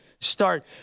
start